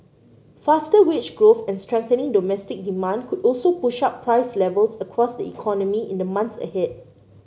faster wage growth and strengthening domestic demand could also push up price levels across the economy in the months ahead